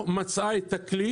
ומסחר.